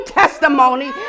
testimony